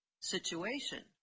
situation